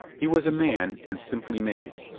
he was a man, and simply made.